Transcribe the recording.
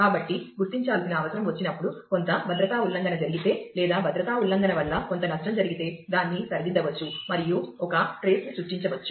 కాబట్టి గుర్తించాల్సిన అవసరం వచ్చినప్పుడు కొంత భద్రతా ఉల్లంఘన జరిగితే లేదా భద్రతా ఉల్లంఘన వల్ల కొంత నష్టం జరిగితే దాన్ని సరిదిద్దవచ్చు మరియు ఒక ట్రేస్ని సృష్టించవచ్చు